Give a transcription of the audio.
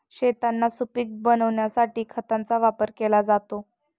शेतांना सुपीक बनविण्यासाठी खतांचा वापर केला जातो